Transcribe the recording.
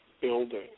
building